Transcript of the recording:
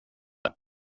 det